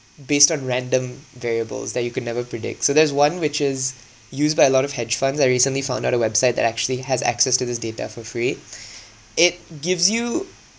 based on random variables that you could never predict so there's one which is used by a lot of hedge funds I recently found out a website that actually has access to these data for free it gives you